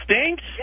stinks